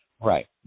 Right